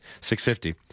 650